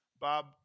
Bob